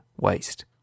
waste